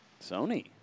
Sony